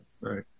Right